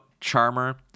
Charmer